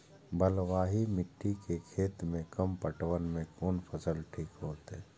बलवाही मिट्टी के खेत में कम पटवन में कोन फसल ठीक होते?